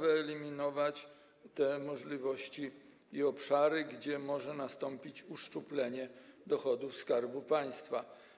wyeliminować te możliwości i obszary, gdzie może nastąpić uszczuplenie dochodów Skarbu Państwa.